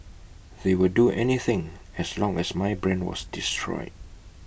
they would do anything as long as my brand was destroyed